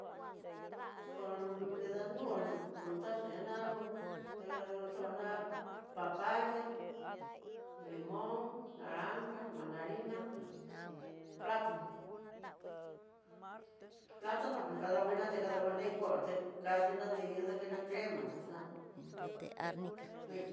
Por nida no fruta xhina, te xhona papaya, limón, naranja, mandarina, platano, plano te kadanguina te kadanguana koité kaxhina takena crema ta xana kui.